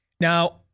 Now